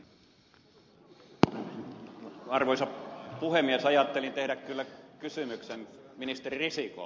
arvoisa puhemies ajattelin tehdä kyllä kysymykseen ministeri sinikka